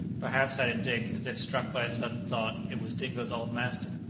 perhaps, added dick, as if struck by a sudden thought, it was dingo's old master.